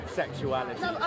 sexuality